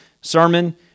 sermon